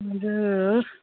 ꯑꯗꯨ